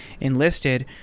enlisted